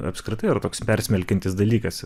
apskritai yra toks persmelkiantis dalykas